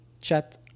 Chat